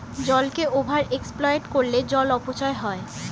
জলকে over exploit করলে জল অপচয় হয়